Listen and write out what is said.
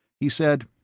he said,